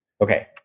Okay